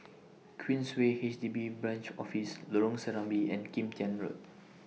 Queensway H D B Branch Office Lorong Serambi and Kim Tian Road